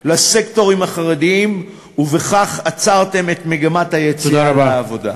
לסקטורים החרדיים ובכך עצרתם את מגמת היציאה לעבודה.